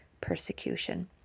persecution